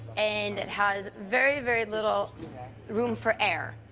and it has very, very little room for error.